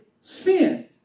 sin